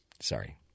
Sorry